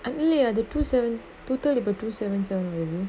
I'm இல்லயே அது:illaye athu two seven total about two seven seven lah இது:ithu